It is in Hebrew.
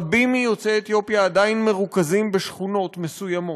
רבים מיוצאי אתיופיה עדיין מרוכזים בשכונות מסוימות.